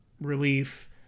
relief